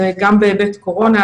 זה גם בהיבט קורונה,